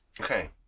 Okay